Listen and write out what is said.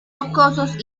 rocosos